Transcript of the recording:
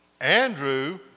Andrew